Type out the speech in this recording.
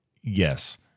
yes